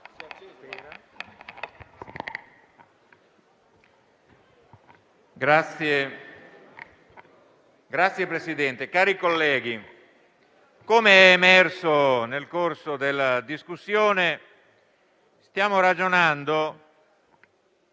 Signor Presidente, cari colleghi, com'è emerso nel corso della discussione, stiamo ragionando